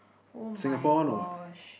[oh]-my-gosh